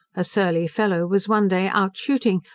a surly fellow was one day out shooting,